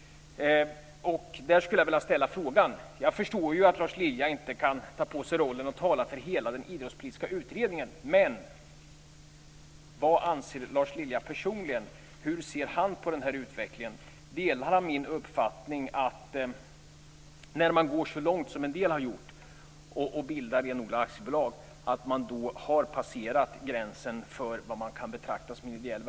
Jag skulle vilja ställa en fråga. Jag förstår att Lars Lilja inte kan ta på sig rollen att tala för hela den idrottspolitiska utredningen, men jag vill ändå fråga vad han anser personligen. Hur ser han på denna utveckling? Delar han min uppfattning att man har passerat gränsen för vad som kan betraktas som ideell verksamhet när man går så långt som en del har gjort och bildar renodlade aktiebolag?